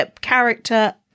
character